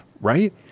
right